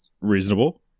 reasonable